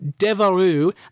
devaru